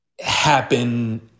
happen